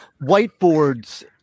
whiteboards